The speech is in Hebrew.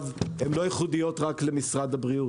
הן לא ייחודיות רק למשרד הבריאות,